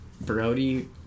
Brody